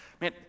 man